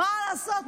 ומה לעשות,